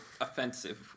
offensive